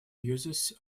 uses